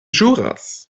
ĵuras